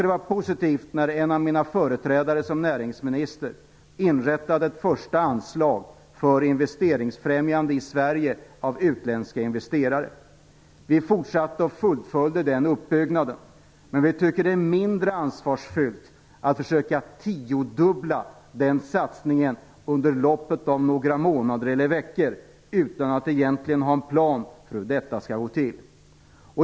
Det var positivt när en av mina företrädare som näringsminister inrättade ett första anslag för främjande av investeringar i Sverige av utländska investerare. Vi fortsatte och fullföljde den uppbyggnaden, men vi tycker att det är mindre ansvarsfullt att försöka tiodubbla den satsningen under loppet av några månader eller veckor utan att egentligen ha en plan för hur detta skall gå till.